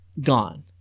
gone